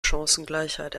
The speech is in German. chancengleichheit